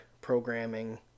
programming